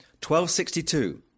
$1262